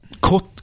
Cut